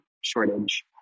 shortage